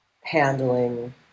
handling